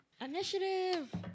Initiative